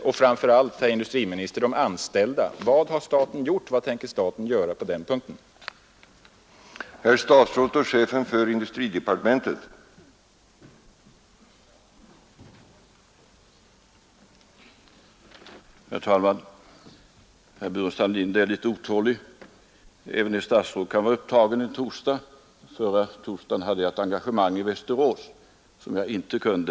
Och framför allt, herr industriminister, vad har gjorts och vad tänker man göra på statligt håll för de anställda?